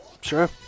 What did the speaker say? Sure